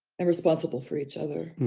and responsible for each other.